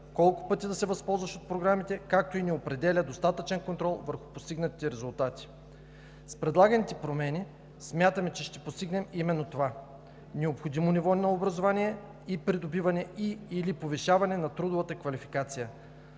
колко пъти да се възползваш от програмите, както и не определя достатъчен контрол върху постигнатите резултати. С предлаганите промени смятаме, че ще постигнем именно това – необходимо ниво на образование и придобиване и/или повишаване на трудовата квалификация.